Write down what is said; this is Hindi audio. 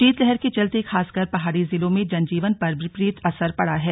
शीतलहर के चलते खासकर पहाड़ी जिलों में जनजीवन पर विपरीत असर पड़ा है